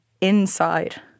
inside